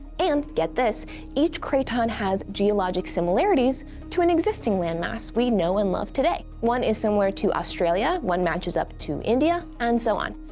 and get this each craton has geologic similarities to an existing land mass we know and love today. one is similar to australia, one matches up to india, and so on.